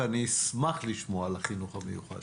ואני אשמח לשמוע על החינוך המיוחד.